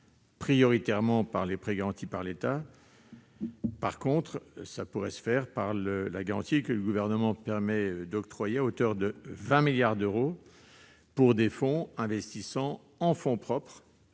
prioritairement par les prêts garantis par l'État. Pourrait remplir ce rôle, en revanche, la garantie que le Gouvernement prévoit d'octroyer à hauteur de 20 milliards d'euros à des fonds investissant en fonds propres